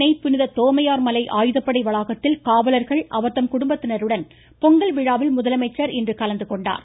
சென்னை புனித தோமையார்மலை ஆயுதப்படை வளாகத்தில் காவலர்கள் அவர்தம் குடும்பத்தினருடன் பொங்கல் விழாவில் முதலமைச்சர் இன்று கலந்து கொண்டார்